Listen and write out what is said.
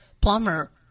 plumber